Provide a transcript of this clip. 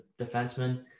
defenseman